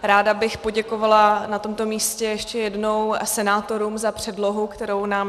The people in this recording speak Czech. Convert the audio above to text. Ráda bych poděkovala na tomto místě ještě jednou senátorům za předlohu, kterou nám dali.